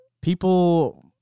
people